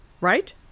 right